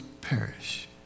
perish